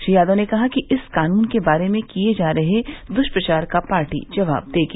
श्री यादव ने कहा कि इस कानून के बारे में किए जा रहे दुष्प्रचार का पार्टी जवाब देगी